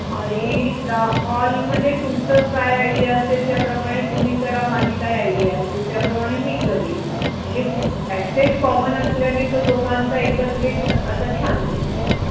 आणि हॉलमध्ये तुमचं काय आयडिया असेल त्याप्रमाणे तुम्ही करा माझी काय आयडिया असेल त्याप्रमाणे मी करेल म्हणजे पॅसेज कॉमन असल्याने तो दोघांचा एकत्रित असा छान दिसेल